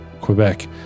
Quebec